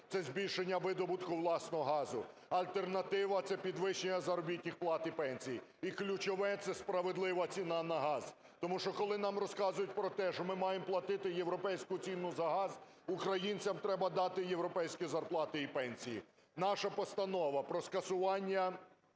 це збільшення видобутку власного газу. Альтернатива – це підвищення заробітних плат і пенсій і, ключове, це справедлива ціна на газ, тому що, коли нам розказують про те, що ми маємо платити європейську ціну за газ, українцям треба дати європейські зарплати і пенсії. Наша Постанова про скасування